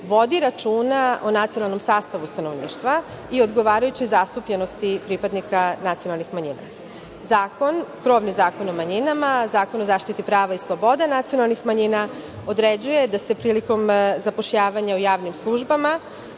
vodi računa o nacionalnom sastavu stanovništva i odgovarajućoj zastupljenosti pripadnika nacionalnih manjina. Zakon, krovni Zakon o manjinama, Zakona o zaštiti prava i sloboda nacionalnih manjina određuje da se prilikom zapošljavanja u javnim službama